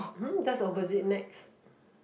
mmhmm just opposite nex